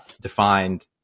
defined